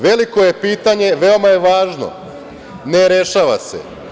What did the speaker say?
Veliko je pitanje, veoma je važno, ne rešava se.